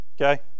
Okay